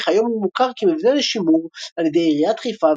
וכיום הוא מוכר כמבנה לשימור על ידי עיריית חיפה,